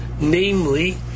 Namely